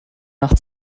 nach